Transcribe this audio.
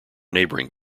neighboring